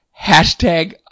hashtag